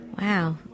Wow